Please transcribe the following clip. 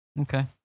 Okay